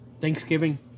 Thanksgiving